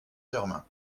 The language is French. germain